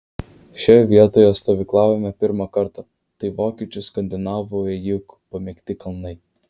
šioje vietoje stovyklavome pirmą kartą tai vokiečių skandinavų ėjikų pamėgti kalnai